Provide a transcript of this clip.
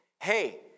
hey